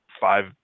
five